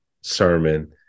sermon